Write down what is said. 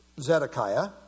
Zedekiah